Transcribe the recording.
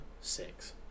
six